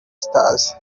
stars